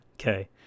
okay